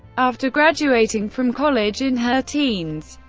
after graduating from college in her teens,